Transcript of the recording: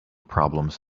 problems